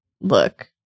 look